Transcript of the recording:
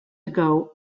ago